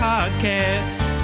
Podcast